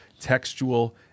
textual